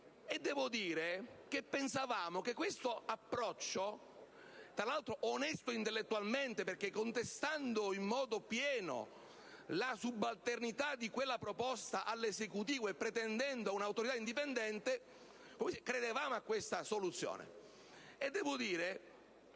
agibile al problema. E questo approccio onesto intellettualmente (perché, contestando in modo pieno la subalternità di quella proposta all'Esecutivo e pretendendo un'autorità indipendente, credevamo a questa soluzione),